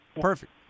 Perfect